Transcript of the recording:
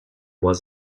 was